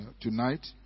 tonight